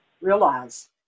realize